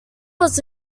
was